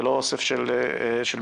ולא אוסף של מסמכים.